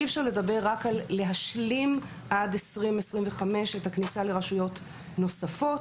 אי אפשר לדבר רק על להשלים עד 2025 את הכניסה לרשויות נוספות,